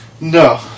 No